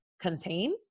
contain